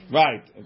right